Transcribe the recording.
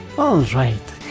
all right!